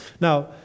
Now